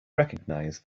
recognize